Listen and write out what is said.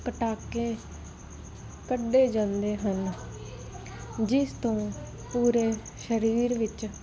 ਪਟਾਕੇ ਕੱਢੇ ਜਾਂਦੇ ਹਨ ਜਿਸ ਤੋਂ ਪੂਰੇ ਸਰੀਰ ਵਿੱਚ